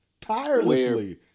tirelessly